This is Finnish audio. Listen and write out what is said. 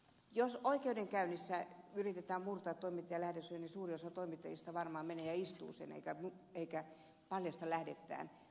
jos oikeudenkäynnissä yritetään murtaa toimittajan lähdesuoja niin suurin osa toimittajista varmaan menee vankilaan ja istuu tuomion eikä paljasta lähdettään mutta entäs kotona